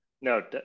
No